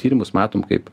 tyrimus matom kaip